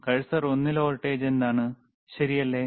cursor ഒന്നിലെ voltage എന്താണ് ശരിയല്ലേ